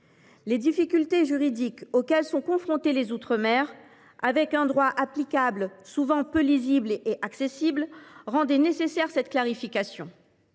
Les difficultés juridiques auxquelles sont confrontés les outre mer, avec un droit applicable souvent peu lisible et accessible, rendaient cette clarification